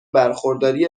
برخورداری